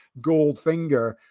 Goldfinger